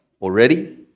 already